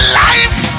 life